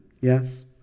Yes